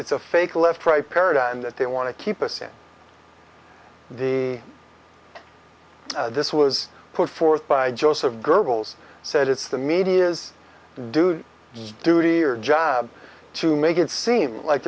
it's a fake left right paradigm that they want to keep us in the this was put forth by joseph gerbils said it's the media's dude duty or job to make it seem like